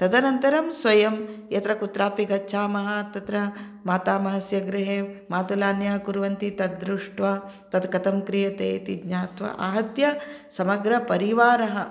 तदनन्तरं स्वयं यत्र कुत्रापि गच्छामः तत्र मातामहस्य गृहे मातुलान्यः कुर्वन्ति तद् दृष्ट्वा तत् कथं क्रियते इति ज्ञात्वा आहत्य समग्रपरिवारः